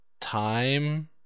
time